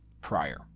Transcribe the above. prior